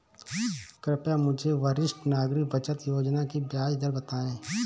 कृपया मुझे वरिष्ठ नागरिक बचत योजना की ब्याज दर बताएं?